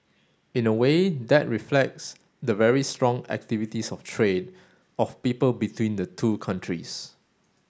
in a way that reflects the very strong activities of trade of people between the two countries